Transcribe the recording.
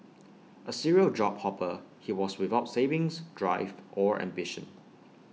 A serial job hopper he was without savings drive or ambition